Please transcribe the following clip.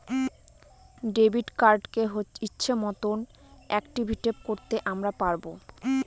debit কার্ডকে ইচ্ছে মতন অ্যাকটিভেট করতে আমরা পারবো